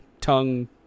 tongue